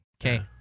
Okay